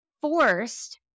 forced